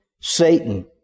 Satan